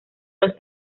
los